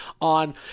on